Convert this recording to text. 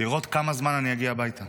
לראות בכמה זמן אני אגיע הביתה